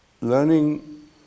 learning